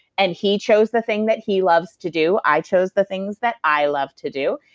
and he chose the thing that he loves to do, i chose the things that i love to do,